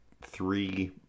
three